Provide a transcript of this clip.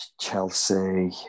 Chelsea